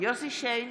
יוסף שיין,